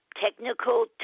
Technical